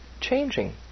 changing